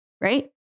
right